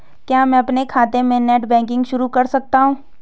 क्या मैं अपने खाते में नेट बैंकिंग शुरू कर सकता हूँ?